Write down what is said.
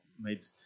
made